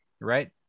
right